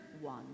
one